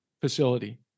facility